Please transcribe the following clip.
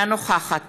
אינה נוכחת